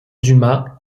dumas